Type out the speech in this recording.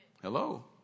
Hello